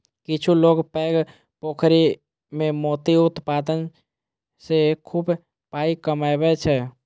किछु लोक पैघ पोखरि मे मोती उत्पादन सं खूब पाइ कमबै छै